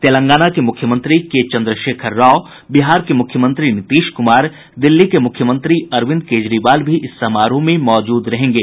तेलंगाना के मुख्यमंत्री के चंद्रशेखर राव बिहार के मुख्यमंत्री नीतीश कुमार दिल्ली के मुख्यमंत्री अरविंद केजरीवाल भी इस समारोह में मौजूद रहेंगे